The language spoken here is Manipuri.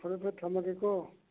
ꯐꯔꯦ ꯐꯔꯦ ꯊꯝꯃꯒꯦꯀꯣ